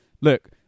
look